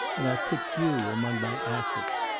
and i put you among my assets.